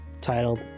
titled